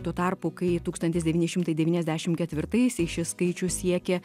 tuo tarpu kai tūkstantis devyni šimtai devyniasdešim ketvirtaisiais šis skaičius siekė